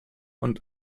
und